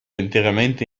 interamente